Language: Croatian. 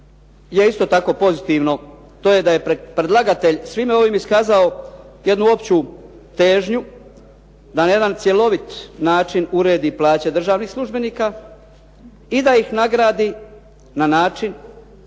isto tako pozitivno to je da je predlagatelj svime ovim iskazao jednu opću težnju da na jedan cjelovit način uredi plaće državnih službenika i da ih nagradi na način